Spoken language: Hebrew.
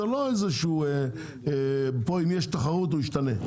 זה לא איזשהו אם יש תחרות הוא ישתנה,